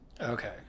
Okay